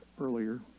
earlier